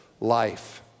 life